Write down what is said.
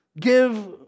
give